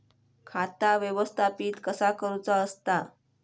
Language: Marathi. खाता व्यवस्थापित कसा करुचा असता?